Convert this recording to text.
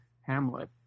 Hamlet